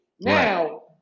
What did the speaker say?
Now